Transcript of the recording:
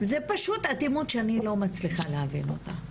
זה פשוט אטימות שאני לא מצליחה להבין אותה.